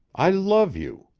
i love you.